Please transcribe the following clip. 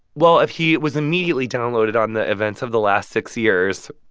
well, if he was immediately downloaded on the events of the last six years,